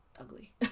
ugly